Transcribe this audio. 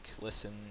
listen